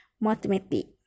mathematics